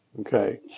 Okay